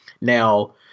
Now